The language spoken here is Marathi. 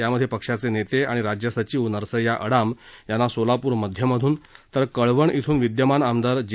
यात पक्षाचे नेते आणि राज्य सचिव नरसय्या अडाम यांना सोलाप्र मध्य मधून तर कळवण इथून विद्यमान आमदार जे